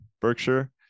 Berkshire